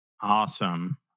Awesome